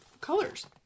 colors